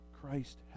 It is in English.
Christ